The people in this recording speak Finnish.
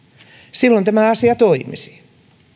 silloin tämä asia toimisi